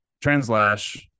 translash